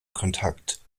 kontakt